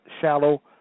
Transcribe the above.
shallow